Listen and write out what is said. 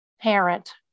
parent